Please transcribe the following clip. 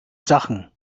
sachen